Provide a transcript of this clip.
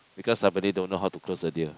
because subordinate don't know how to close the deal